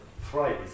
phrase